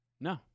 No